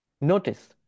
Notice